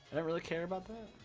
beverly care about the